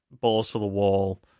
balls-to-the-wall